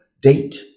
date